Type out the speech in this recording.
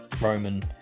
Roman